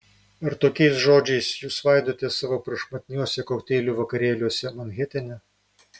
ar tokiais žodžiais jūs svaidotės savo prašmatniuose kokteilių vakarėliuose manhetene